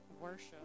worship